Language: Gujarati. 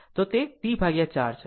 આમ તે T 4 છે